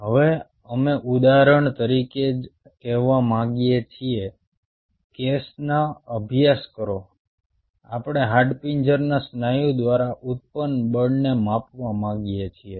હવે અમે ઉદાહરણ તરીકે કહેવા માગીએ છીએ કેસનો અભ્યાસ કરો આપણે હાડપિંજરના સ્નાયુ દ્વારા ઉત્પન્ન બળને માપવા માગીએ છીએ